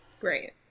Great